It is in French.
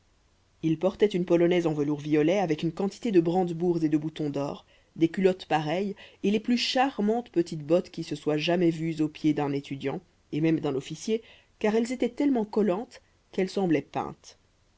il portait une polonaise en velours violet avec une quantité de brandebourgs et de boutons d'or des culottes pareilles et les plus charmantes petites bottes qui se soient jamais vues aux pieds d'un étudiant et même d'un officier car elles étaient tellement collantes qu'elles semblaient peintes